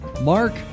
Mark